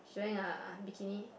she wearing a a bikini